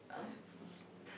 um